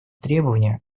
требования